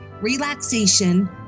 relaxation